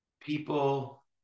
people